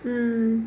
mm